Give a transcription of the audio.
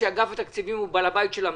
שאגף התקציבים הוא בעל הבית של המדינה,